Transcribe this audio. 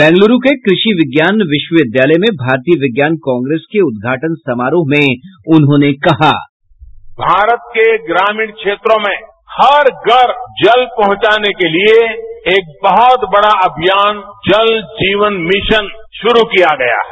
बेंगलुरू के कृषि विज्ञान विश्वविद्यालय में भारतीय विज्ञान कांग्रेस के उद्घाटन समारोह में उन्होंने कहा बाईट प्रधानमंत्री भारत के ग्रामीण क्षेत्रों में हर घर जल पहुंचाने के लिए एक बहुत बड़ा अभियान जल जीवन मिशन शुरू किया गया है